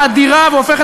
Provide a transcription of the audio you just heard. אדוני היושב-ראש,